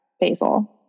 basil